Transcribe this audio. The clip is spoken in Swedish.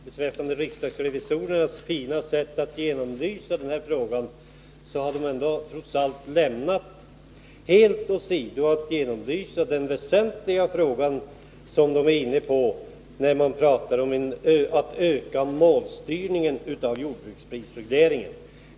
Beträffande talet om riksdagsrevisorernas fina sätt att belysa frågan vill jag framhålla att de trots allt lagt genomlysningen av den väsentliga frågan åt sidan, nämligen den som gäller en ökad målstyrning av jordbruksprisregleringen.